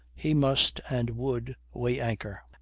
he must and would weigh anchor.